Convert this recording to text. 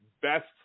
best